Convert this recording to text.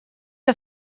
que